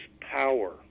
power